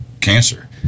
cancer